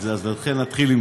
התשע"ז